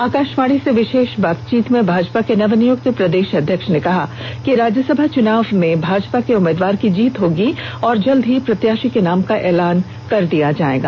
आकाशवाणी से विशेष बातचीत में भाजपा के नवनियुक्त प्रदेश अध्यक्ष ने कहा कि राज्यसभा चुनाव में भाजपा के उम्मीदवार की जीत होगी और जल्द ही प्रत्याशी के नाम का एलान कर दिया जाएगा